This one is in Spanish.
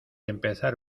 empezar